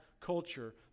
culture